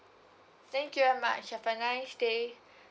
thank you very much have a nice day